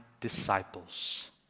disciples